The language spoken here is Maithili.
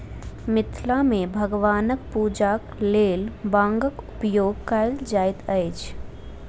मिथिला मे भगवानक पूजाक लेल बांगक उपयोग कयल जाइत अछि